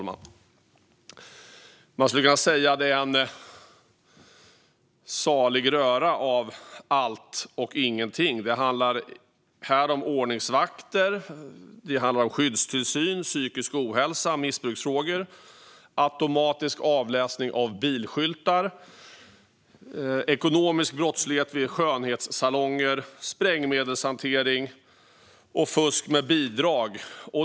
Man skulle kunna säga att det är en salig röra av allt och ingenting. Det handlar om ordningsvakter, skyddstillsyn, psykisk ohälsa, missbruksfrågor, automatisk avläsning av bilskyltar, ekonomisk brottslighet vid skönhetssalonger, sprängmedelshantering och fusk med bidrag.